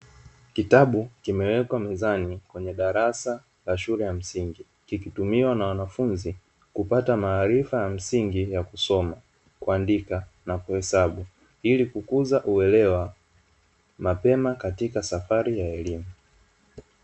Kitabu kimewekwa mezani kwenye darasa la shule ya msingi, kikitumiwa na wanafunzi kupata maarifa ya msingi ya kusoma, kuandika na kuhesabu, ili kukuza uelewa mapema katika safari ya elimu.